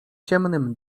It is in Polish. ciemnym